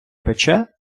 пече